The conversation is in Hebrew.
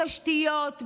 בתשתיות,